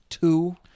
Two